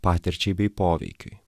patirčiai bei poveikiui